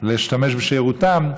להשתמש בשירותיהן,